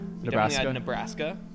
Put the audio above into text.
nebraska